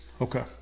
okay